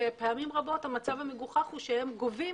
שפעמים רבות המצב המגוחך הוא שהן גובות